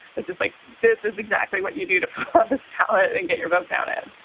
it's just like this is exactly what you do to this talent and get your vote counted